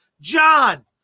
john